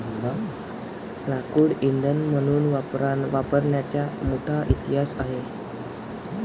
लाकूड इंधन म्हणून वापरण्याचा मोठा इतिहास आहे